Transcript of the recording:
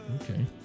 Okay